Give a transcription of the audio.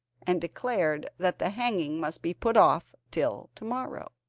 and declared that the hanging must be put off till to-morrow.